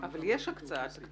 אבל יש הקצאה תקציבית.